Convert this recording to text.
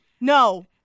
No